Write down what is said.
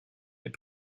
est